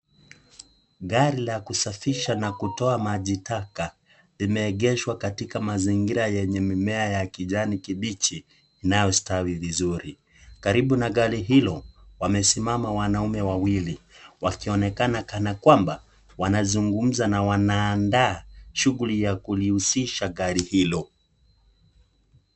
Gari la kusafisha na kutoa maji taka limeegeshwa katika mazingira yenye mimea ya kijani kibichi inaostawi vizuri. Karibu na gari hilo wamesimama wanaume wawili wakionekana kana kwamba wanazungumza na Wana andaa shughuli ya kulihusha gari hilo .